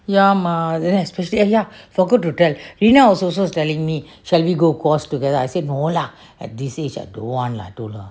ya mah then especially oo ya I forgot to tell rina was also telling me shall we go course together I said no lah at this age I don't want lah